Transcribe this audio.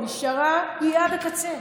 המשטרה היא עד הקצה.